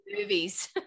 movies